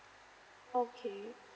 okay